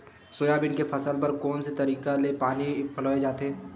Soybean के फसल बर कोन से तरीका ले पानी पलोय जाथे?